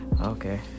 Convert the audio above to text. Okay